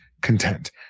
content